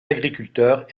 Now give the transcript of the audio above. agriculteurs